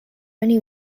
only